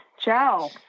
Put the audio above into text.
Ciao